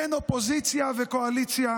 אין אופוזיציה וקואליציה.